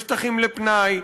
ושטחים לפנאי,